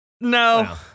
No